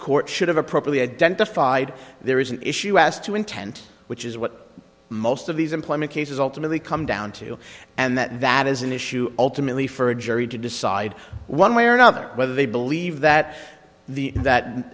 court should have a properly identified there is an issue as to intent which is what most of these employment cases ultimately come down to and that that is an issue ultimately for a jury to decide one way or another whether they believe that the that